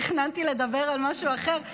לדבר על משהו אחר,